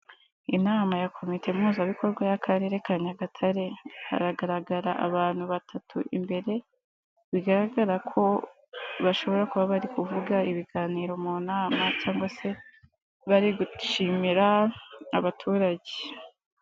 Inama ya komite mpuzabikorwa y'akarere ka Nyagatare haragaragara abantu batatu imbere, bigaragara ko bashobora kuba bari kuvuga ibiganiro mu nama cyangwa se bari gushimira abaturage.